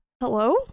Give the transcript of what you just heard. hello